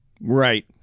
Right